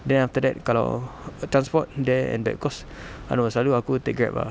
then after that kalau transport there and back cause I don't know selalu aku take grab lah